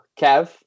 Kev